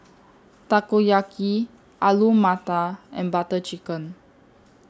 Takoyaki Alu Matar and Butter Chicken